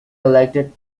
elected